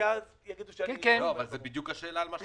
אז יגידו שאני --- מה שאתה עונה זה בדיוק השאלה.